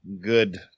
good